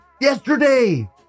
yesterday